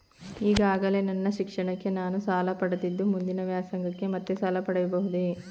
ಈಗಾಗಲೇ ನನ್ನ ಶಿಕ್ಷಣಕ್ಕೆ ನಾನು ಸಾಲ ಪಡೆದಿದ್ದು ಮುಂದಿನ ವ್ಯಾಸಂಗಕ್ಕೆ ಮತ್ತೆ ಸಾಲ ಪಡೆಯಬಹುದೇ?